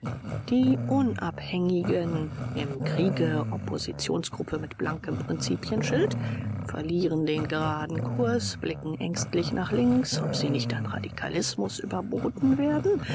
die unabhängigen im kriege oppositionsgruppe mit blankem prinzipienschild verlieren den geraden kurs blicken ängstlich nach links ob sie nicht an radikalismus überboten werden